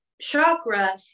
chakra